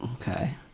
Okay